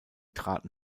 traten